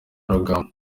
rugamba